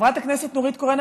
חברת הכנסת נורית קורן,